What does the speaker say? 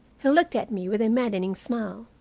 he looked at me with a maddening smile.